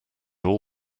all